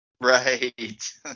Right